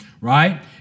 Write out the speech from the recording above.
right